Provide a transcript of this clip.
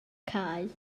cae